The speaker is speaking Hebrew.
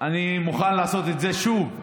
אני מוכן לעשות את זה שוב.